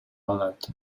алат